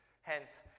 hence